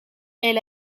elle